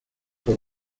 por